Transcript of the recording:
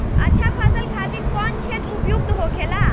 अच्छा फसल खातिर कौन क्षेत्र उपयुक्त होखेला?